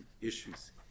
issues